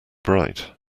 bright